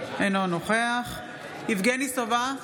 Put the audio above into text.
אינו נוכח יבגני סובה,